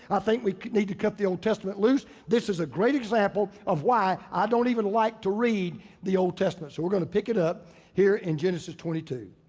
i think we need to cut the old testament loose. this is a great example of why i don't even like to read the old testament. so we're gonna pick it up here in genesis twenty two.